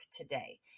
today